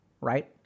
right